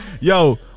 Yo